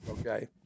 Okay